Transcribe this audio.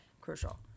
crucial